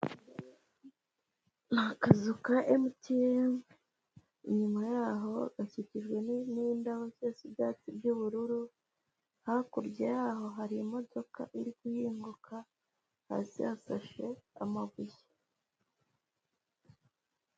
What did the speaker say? Akazu ka mtn inyuma yaho gakikijwe n'indabo z'ibyatsi by'ubururu, hakurya yaho hari imodoka iri guhinguka, hasi hafashe amabuye.